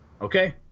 Okay